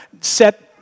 set